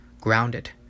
grounded